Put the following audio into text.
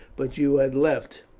but you had left,